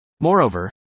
Moreover